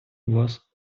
вас